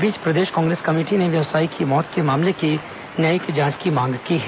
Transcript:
इधर प्रदेश कांग्रेस कमेटी ने व्यवसायी की मौत के मामले की न्यायिक जांच की मांग की है